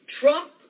Trump